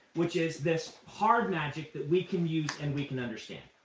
which is this hard magic that we can use, and we can understand.